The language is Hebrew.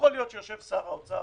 יכול להיות ששר האוצר